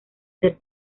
ser